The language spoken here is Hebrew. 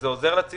זה עוזר לציבור,